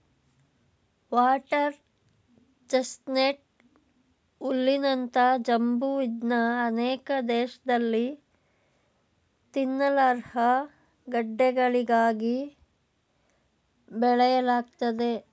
water chestnut ಹುಲ್ಲಿನಂತ ಜಂಬು ಇದ್ನ ಅನೇಕ ದೇಶ್ದಲ್ಲಿ ತಿನ್ನಲರ್ಹ ಗಡ್ಡೆಗಳಿಗಾಗಿ ಬೆಳೆಯಲಾಗ್ತದೆ